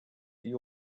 you